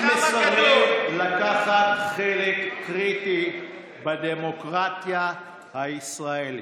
ומסרב לקחת חלק קריטי בדמוקרטיה הישראלית.